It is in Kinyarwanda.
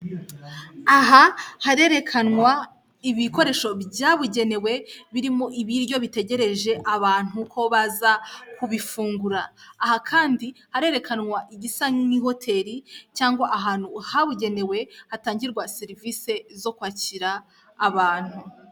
Aha harerekanwa ibikoresho byabugenewe birimo ibiryo bitegereje abantu ko baza kubifungura. Aha kandi harerekanwa igisa nk'ihoteli cyangwa ahantu habugenewe, hatangirwa serivisi zo kwakira abantu.